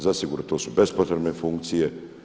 Zasigurno to su bespotrebne funkcije.